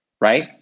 right